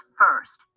first